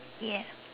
yes